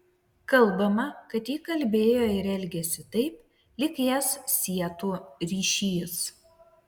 kalbama kad ji kalbėjo ir elgėsi taip lyg jas sietų ryšys